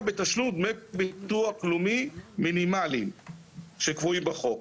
בתשלום דמי ביטוח לאומי מינימליים שקבועים בחוק.